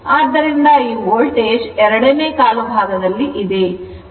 ಆದ್ದರಿಂದ ಈ ವೋಲ್ಟೇಜ್ ಎರಡನೇ ಕಾಲು ಭಾಗದಲ್ಲಿ ಇದೆ